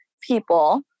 people